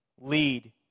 Lead